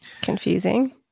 Confusing